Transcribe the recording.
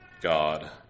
God